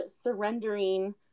surrendering